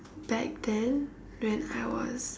back then when I was